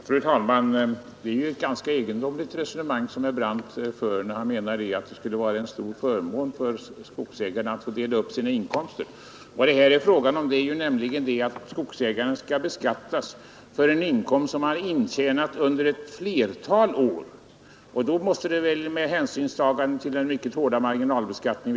Fru talman! Det är ett ganska egendomligt resonemang herr Brandt E från skogskonto för, när han säger att det är en stor förmån för skogsägarna att få dela upp sina inkomster över flera år. Här är det nämligen fråga om att skogsägaren skall beskattas för en inkomst som han intjänat under ett flertal år. Då måste det väl med hänsyn till den mycket hårda får dela upp inkomsten.